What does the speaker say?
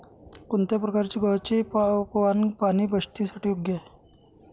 कोणत्या प्रकारचे गव्हाचे वाण पाणी बचतीसाठी योग्य आहे?